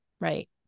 right